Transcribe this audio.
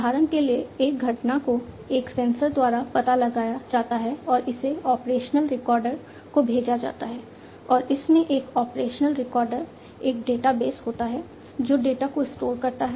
उदाहरण के लिए एक घटना को एक सेंसर द्वारा पता लगाया जाता है और इसे ऑपरेशनल रिकॉर्डर को भेजा जाता है और इसमें एक ऑपरेशनल रिकॉर्डर एक डेटाबेस होता है जो डेटा को स्टोर करता है